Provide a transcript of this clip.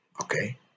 okay